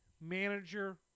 Manager